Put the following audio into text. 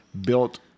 built